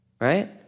right